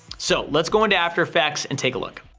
so, let's go into after effects and take a look.